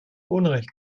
unrecht